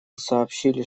сообщили